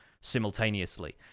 simultaneously